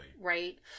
Right